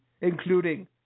including